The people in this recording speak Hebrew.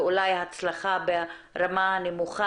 ואולי הצלחה ברמה הנמוכה,